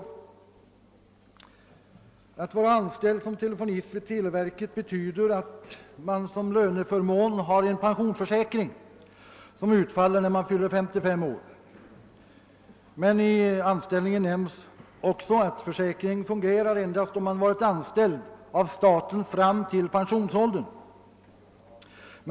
Att de varit anställda som telefonister i televerket betyder att de som löneförmån har en pensionsförsäkring som utfaller vid 55 år, men försäkringen gäller endast om de varit anställda av staten fram till pensionsåldern.